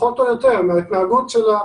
משתמשים בסמארטפונים.